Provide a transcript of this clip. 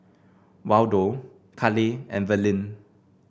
Waldo Cale and Verlyn